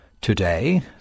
Today